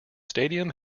stadium